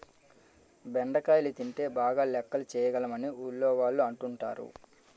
బెండకాయలు తింటే బాగా లెక్కలు చేయగలం అని ఊర్లోవాళ్ళు అంటుంటారు